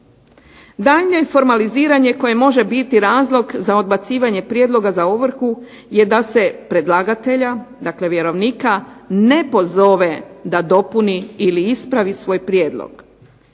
Daljnje formaliziranje koje može biti razlog za odbacivanje prijedloga za ovrhu je da se predlagatelja, dakle vjerovnika ne pozove da dopuni ili ispravi svoj prijedlog.